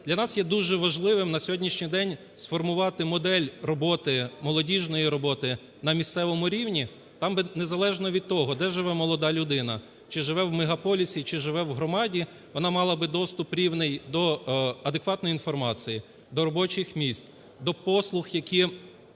Для нас є дуже важливим на сьогоднішній день сформувати модель роботи, молодіжної роботи на місцевому рівні. Там би незалежно від того, де живе молода людина, чи живе у мегаполісі, чи живе у громаді, вона мала би доступ рівний до адекватної інформації, до робочих місць, до послуг, які